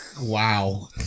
Wow